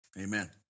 Amen